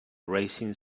raising